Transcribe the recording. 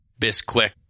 Bisquick